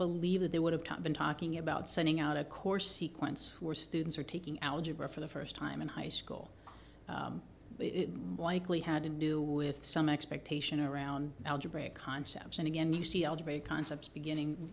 believe that they would have been talking about sending out a core sequence where students are taking algebra for the first time in high school blankly had to do with some expectation around algebraic concepts and again you see algebraic concepts beginning